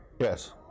Yes